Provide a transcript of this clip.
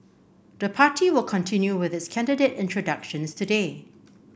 the party will continue with its candidate introductions today